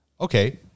Okay